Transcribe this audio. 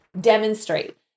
demonstrate